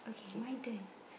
okay my turn